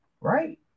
right